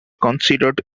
considered